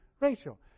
Rachel